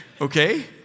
okay